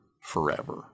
forever